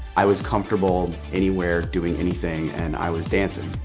i was comfortable anywhere doing anything and i was dancing.